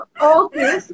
Okay